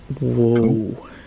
Whoa